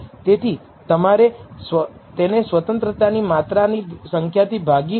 તેથી તમારે તેને સ્વતંત્રતાની માત્રાની સંખ્યા થી ભાગી ગોઠવવું જોઈએ